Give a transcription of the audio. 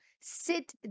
sit